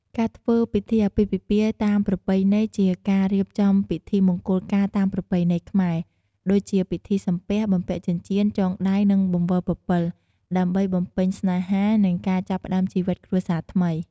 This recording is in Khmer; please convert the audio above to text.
ការធ្វើពិធីអាពាហ៍ពិពាហ៍តាមប្រពៃណីជាការរៀបចំពិធីមង្គលការតាមប្រពៃណីខ្មែរ ដូចជាពិធីសំពះ បំពាក់ចិញ្ចៀន ចងដៃ និងបង្វិលពពិល ដើម្បី បំពេញស្នេហា និងការចាប់ផ្តើមជីវិតគ្រួសារថ្មី។